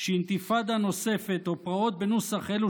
שאינתיפאדה נוספת או פרעות בנוסח אלו